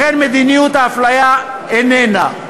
לכן, מדיניות האפליה איננה.